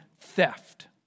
theft